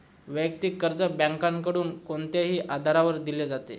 वैयक्तिक कर्ज बँकांकडून कोणत्याही आधारावर दिले जाते